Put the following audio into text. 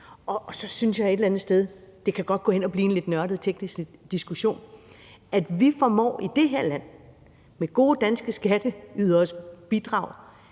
Og så synes jeg et eller andet sted, at det godt kan gå hen og blive en lidt nørdet, teknisk diskussion. Vi formår i det her land med gode danske skatteyderes bidrag